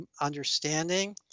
understanding